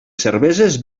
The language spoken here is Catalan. cerveses